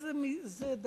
וזה חשוב, אבל זה דבר